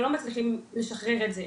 ולא מצליחים לשחרר את זה.